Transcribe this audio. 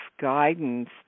guidance